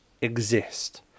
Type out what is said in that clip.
exist